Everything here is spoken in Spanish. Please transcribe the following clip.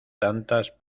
tantas